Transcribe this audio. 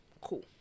Cool